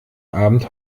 abend